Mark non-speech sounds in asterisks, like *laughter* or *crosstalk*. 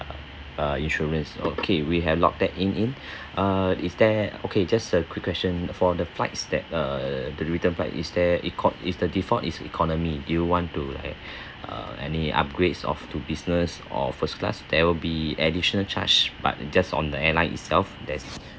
err insurance okay we have locked that in in err is there okay just a quick question for the flights that err the return flight is there eco~ is the default is economy do you want to like *breath* err any upgrades of to business or first class there will be additional charge but just on the airline itself there's